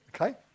Okay